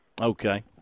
Okay